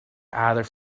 either